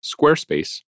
Squarespace